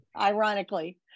ironically